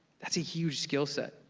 that's a huge skill set,